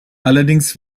allerdings